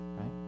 Right